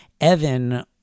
Evan